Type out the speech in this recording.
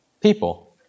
people